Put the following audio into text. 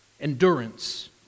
Endurance